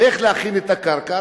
איך להכין את הקרקע?